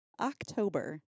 October